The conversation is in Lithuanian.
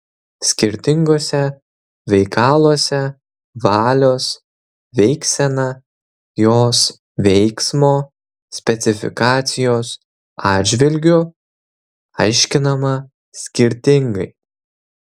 skirtinguose veikaluose valios veiksena jos veiksmo specifikacijos atžvilgiu aiškinama skirtingai